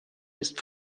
ist